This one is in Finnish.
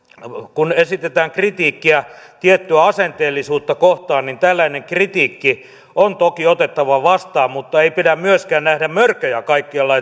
kun esitetään kritiikkiä tiettyä asenteellisuutta kohtaan niin tällainen kritiikki on toki otettava vastaan mutta ei pidä myöskään nähdä mörköjä kaikkialla